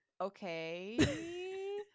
Okay